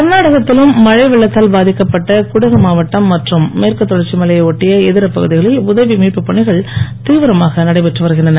கர்நாடகத்திலும் மழை வெள்ளத்தால் பாதிக்கப்பட்ட குடகு மாவட்டம் மற்றும் மேற்கு தொடர்ச்சி மலையை ஒட்டிய இதர பகுதிகளில் உதவி மீட்புப் பணிகள் தீவிரமாக நடைபெற்று வருகின்றன